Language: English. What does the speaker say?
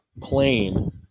plane